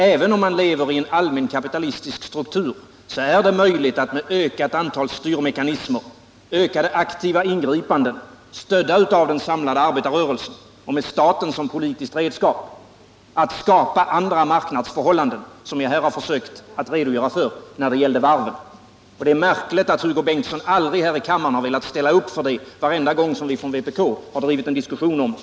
Även om man lever i en allmänt kapitalistisk struktur är det möjligt att med ett ökat antal styrmekanismer och aktiva ingripanden, stödda av den samlade arbetarrörelsen och med staten som politiskt redskap, skapa andra marknadsförhållanden, som jag här har försökt redogöra för när det gäller varven. Det är märkligt att Hugo Bengtsson aldrig här i kammaren har velat ställa upp när vi kommunister har drivit en diskussion om det.